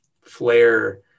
flare